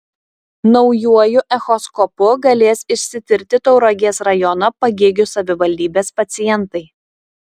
naujuoju echoskopu galės išsitirti tauragės rajono pagėgių savivaldybės pacientai